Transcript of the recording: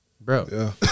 Bro